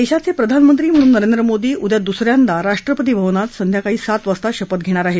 देशाचे प्रधानमंत्री म्हणून नरेंद्र मोदी उद्या दुस यांदा राष्ट्रपती भवनात संध्याकाळी सात वाजता शपथ घेणार आहेत